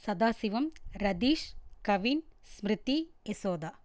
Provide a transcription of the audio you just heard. Sadasivam Ratheesh Kavin Smriti Yashoda